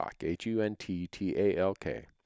H-U-N-T-T-A-L-K